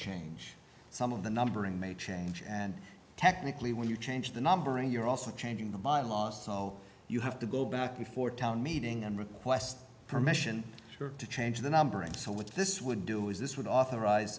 change some of the numbering may change and technically when you change the numbering you're also changing the bylaws so you have to go back before town meeting and request permission to change the numbering so what this would do is this would authorize